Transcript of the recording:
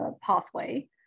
pathway